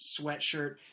sweatshirt